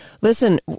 Listen